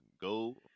Go